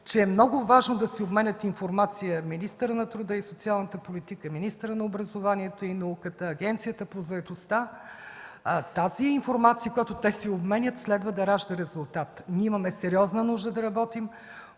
че е много важно да си обменят информация министърът на труда и социалната политика, министърът на образованието и науката, Агенцията по заетостта. Информацията, която те си обменят, следва да ражда резултат. Ние имаме сериозна нужда да работим